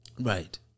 Right